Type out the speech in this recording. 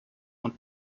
und